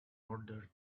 order